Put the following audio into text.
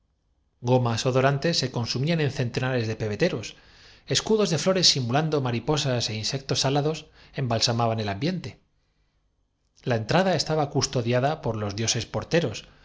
frontón gomas odorantes se consumían en centenares de pebeteros escudos de flores simulando mariposas é insectos alados embalsamaban el ambiente la en trada estaba custodiada por los dioses porteros dos